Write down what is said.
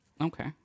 Okay